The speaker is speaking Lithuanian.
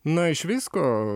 na iš visko